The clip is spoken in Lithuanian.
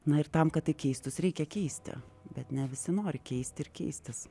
na ir tam kad tai keistųs reikia keisti bet ne visi nori keisti ir keistis